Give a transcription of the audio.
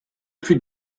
fut